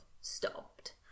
stopped